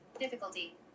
Difficulty